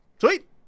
Sweet